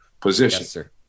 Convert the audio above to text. position